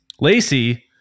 Lacey